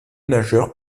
nageurs